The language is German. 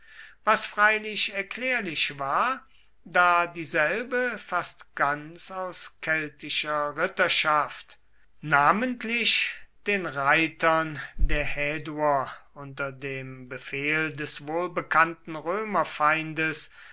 was freilich erklärlich war da dieselbe fast ganz aus keltischer ritterschaft namentlich den reitern der häduer unter dem befehl des wohlbekannten